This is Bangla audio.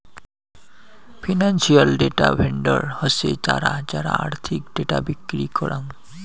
ফিনান্সিয়াল ডেটা ভেন্ডর হসে তারা যারা আর্থিক ডেটা বিক্রি করাং